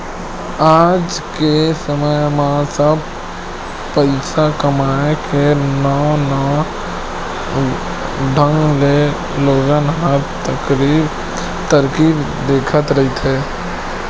आज के समे म सब पइसा कमाए के नवा नवा ढंग ले लोगन ह तरकीब देखत रहिथे